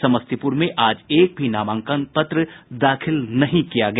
समस्तीपुर में आज एक भी नामांकन पत्र दाखिल नहीं किया गया